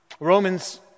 Romans